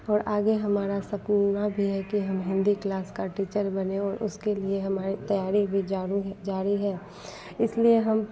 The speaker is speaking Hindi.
और आगे हमारा सपना भी है कि हम हिन्दी क्लास के टीचर बनें और उसके लिए हमारी तैयारी भी जारू है जारी है इसलिए हम